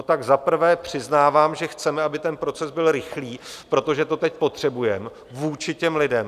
Tak zaprvé přiznávám, že chceme, aby ten proces byl rychlý, protože to teď potřebujeme vůči těm lidem.